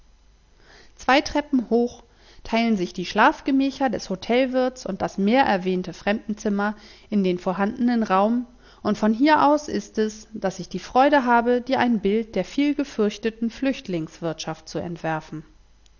zwei treppen hoch teilen sich die schlafgemächer des htelwirts und das mehrerwähnte fremdenzimmer in den vorhandenen raum und von hier aus ist es daß ich die freude habe dir ein bild der vielgefürchteten flüchtlingswirtschaft zu entwerfen